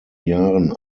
jahren